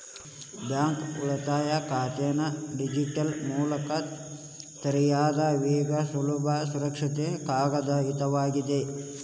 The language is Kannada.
ಬ್ಯಾಂಕ್ ಉಳಿತಾಯ ಖಾತೆನ ಡಿಜಿಟಲ್ ಮೂಲಕ ತೆರಿಯೋದ್ ವೇಗ ಸುಲಭ ಸುರಕ್ಷಿತ ಕಾಗದರಹಿತವಾಗ್ಯದ